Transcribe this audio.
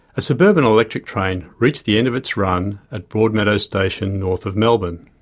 a suburban electric train reached the end of its run at broadmeadows station, north of melbourne.